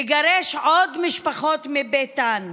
לגרש עוד משפחות מביתן,